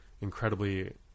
incredibly